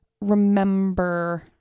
remember